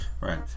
Right